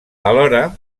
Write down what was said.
alhora